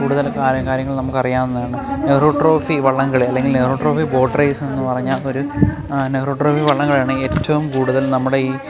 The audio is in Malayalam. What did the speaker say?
കൂടുതൽ കാര്യങ്ങൾ നമുക്ക് അറിയാവുന്നതാണ് നെഹ്റു ട്രോഫി വള്ളംകളി അല്ലെങ്കിൽ നെഹ്റു ട്രോഫി ബോട്ട് റേസ് എന്ന് പറഞ്ഞാൽ ഒരു നെഹ്റു ട്രോഫി വള്ളംകളിയാണ് ഏറ്റവും കൂടുതൽ നമ്മുടെ ഈ